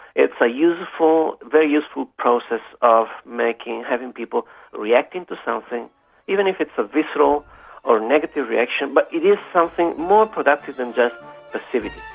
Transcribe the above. it's a useful, very useful process of making, having people reacting to something even if it's a visceral or a negative reaction, but it is something more productive than just passivity.